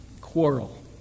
quarrel